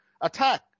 attack